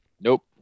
Nope